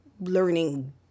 learning